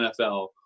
NFL